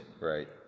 right